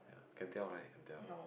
can tell lah you can tell